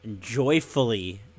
joyfully